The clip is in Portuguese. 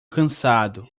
cansado